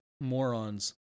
morons